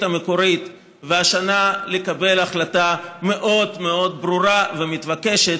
המקורית והשנה לקבל החלטה מאוד מאוד ברורה ומתבקשת,